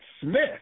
Smith